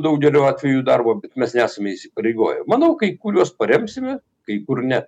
daugeliu atvejų darbo bet mes nesame įsipareigoję manau kai kuriuos paremsime kai kur ne